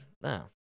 no